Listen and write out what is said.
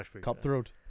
Cutthroat